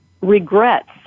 regrets